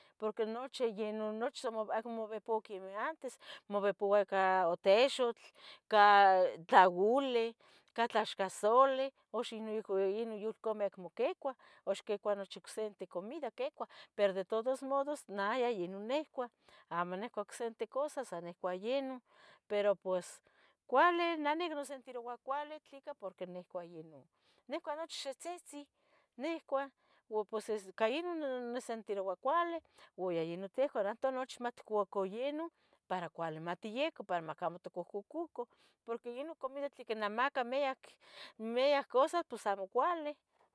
porque nochi yeh non nochi sa acmo ipuabac quemih antes moipua ica otexotl, ica tlaole, ca tlaxcasoli. uxi noiqui ini yulcame acmo quicuah, uxca quicua ocsente comida quicua, pero de todos modos nah yah ino nicua, amo nihcua ocsente cosas sa yehten ino, pero pues cuali, neh nosentiroua cuali, tleca porqui nihcua yeh non, nihcua nochi xihtzitzin nichcua, u pos ica ino nosentiroua cuali ua yeh ino touarato nochi matcuacan yeh non para cuali matiyecah, para macamo matmocohcocuca. Porque yeh ino comida tlen icnamaca miac, miac cosas pos amo cuali.